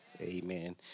Amen